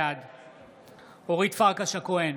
בעד אורית פרקש הכהן,